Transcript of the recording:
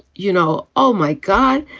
you know, oh, my god,